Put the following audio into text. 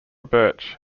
birch